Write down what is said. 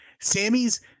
sammy's